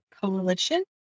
coalition